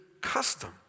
custom